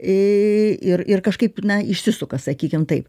į ir ir kažkaip na išsisuka sakykim taip